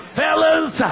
fellas